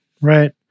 Right